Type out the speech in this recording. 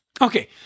Okay